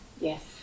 Yes